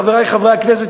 חברי חברי הכנסת,